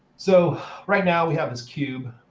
so right now we have this cube.